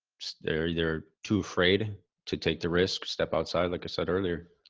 they're they're too afraid to take the risks step outside. like i said earlier,